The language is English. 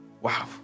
wow